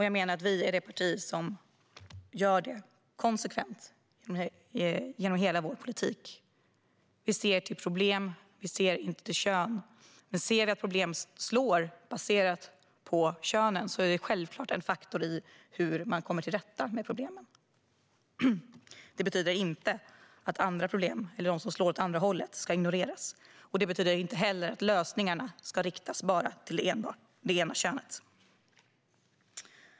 Jag menar att vi är det parti som gör det, konsekvent genom hela vår politik. Vi ser till problem, vi ser inte till kön. Men ser vi problem som baseras på kön är det självklart en faktor i hur man kommer till rätta med problemen. Det betyder inte att problem som slår åt andra hållet ska ignoreras. Det betyder inte heller att lösningarna ska riktas bara till det ena könet.